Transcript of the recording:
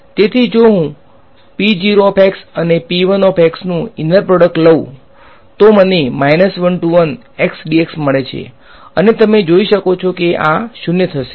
તેથી જો હું અને નુ ઈનર પ્રોડક્ટ લઉં તો મને મળે છે અને તમે જોઈ શકો છો કે આ 0 થશે